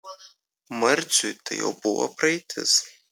marciui tai jau buvo praeitis